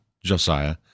Josiah